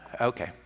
okay